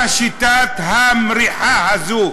למה שיטת המריחה הזו?